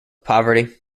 poverty